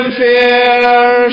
fear